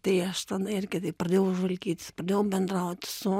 tai aš tenai irgi taip pradėjau žvalgytis pradėjau bendraut su